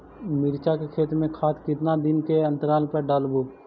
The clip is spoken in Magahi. मिरचा के खेत मे खाद कितना दीन के अनतराल पर डालेबु?